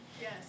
Yes